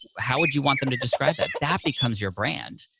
how would you want them to describe that? that becomes your brand,